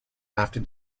after